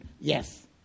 yes